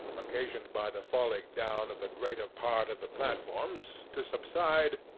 occasioned by the falling down of the greater part of the platforms, to subside,